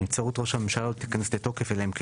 ונבצרות ראש הממשלה לא תיכנס לתוקף אלא אם כן